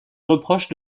reproche